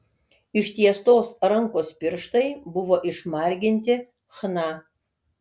ištiestos rankos pirštai buvo išmarginti chna